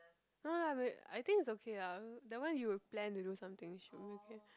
no lah wait I think it's okay ah that one you would plan to do something should be okay